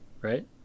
right